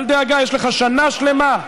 אל דאגה, יש לך שנה שלמה.